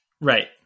Right